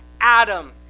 Adam